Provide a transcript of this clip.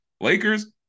Lakers